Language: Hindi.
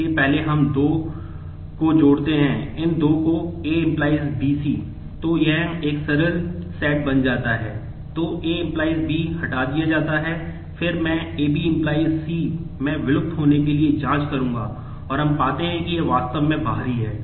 तो A → B हटा दिया जाता है फिर मैं AB → C में विलुप्त होने के लिए जांच करूंगा और हम पाते हैं कि यह वास्तव में बाहरी है